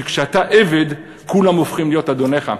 כי כשאתה עבד, כולם הופכים להיות אדוניך.